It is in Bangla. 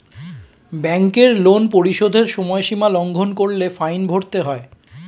ব্যাংকের লোন পরিশোধের সময়সীমা লঙ্ঘন করলে ফাইন ভরতে হয়